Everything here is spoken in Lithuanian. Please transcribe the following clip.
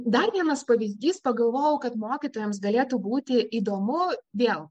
dar vienas pavyzdys pagalvojau kad mokytojams galėtų būti įdomu vėl